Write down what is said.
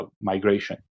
migration